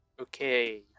Okay